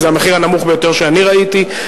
זה המחיר הנמוך ביותר שאני ראיתי,